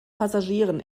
passagieren